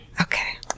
Okay